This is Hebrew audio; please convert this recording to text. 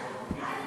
חברי